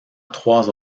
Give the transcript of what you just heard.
trois